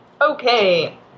Okay